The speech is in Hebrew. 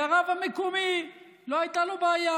כי לרב המקומי לא הייתה בעיה.